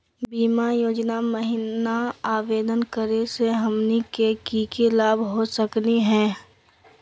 बीमा योजना महिना आवेदन करै स हमनी के की की लाभ हो सकनी हे?